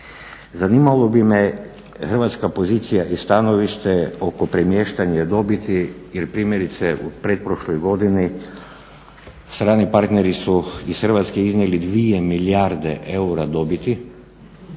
zanimalo bi me hrvatska pozicija i stanovište oko premještanja dobiti. Jer primjerice u pretprošloj godini strani partneri su iz Hrvatske iznijeli 2 milijarde eura dobiti,